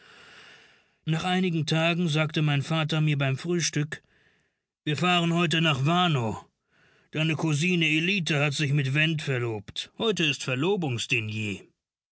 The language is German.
nach einigen tagen sagte mein vater mir beim frühstück wir fahren heute nach warnow deine cousine ellita hat sich mit went verlobt heute ist verlobungsdiner